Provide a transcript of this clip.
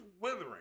withering